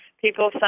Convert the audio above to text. People